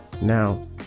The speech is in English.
now